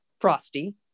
frosty